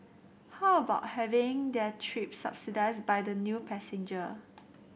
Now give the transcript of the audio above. how about having their trip subsidised by the new passenger